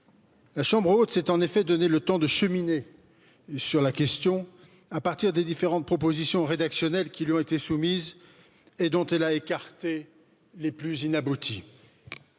la chambre haute s'est en effet donné le temps de cheminer sur la question à partir des différentes propositions rédactionnelles qui lui ont été soumises et dont elle a écarté les plus inabouties